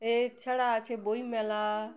এছাড়া আছে বইমেলা